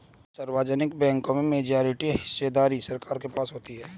सार्वजनिक बैंकों में मेजॉरिटी हिस्सेदारी सरकार के पास होती है